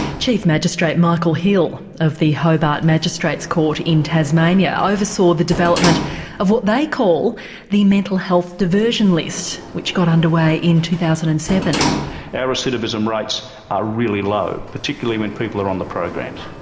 chief magistrate michael hill of the hobart magistrate's court in tasmania oversaw the development of what they call the mental health diversion list, which got underway in two thousand and seven. and our recidivism rates are really low, particularly when people are on the programs.